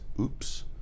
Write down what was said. oops